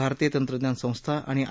भारतीय तंत्रज्ञान संस्था आणि आय